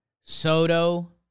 Soto